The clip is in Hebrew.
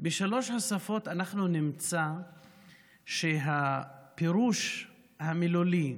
בשלוש השפות אנחנו נמצא שהפירוש המילולי,